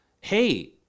hey